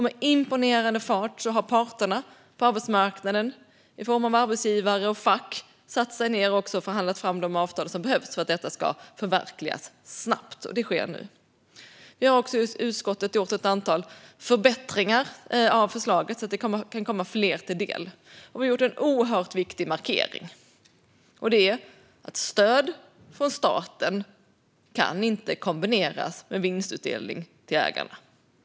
Med imponerande fart har parterna på arbetsmarknaden i form av arbetsgivare och fack förhandlat fram de avtal som behövs för att detta ska förverkligas snabbt, och det sker nu. Vi i utskottet har gjort ett antal förbättringar av förslaget så att det kan komma fler till del. Vi har också gjort en oerhört viktig markering: Stöd från staten kan inte kombineras med vinstutdelning till ägarna.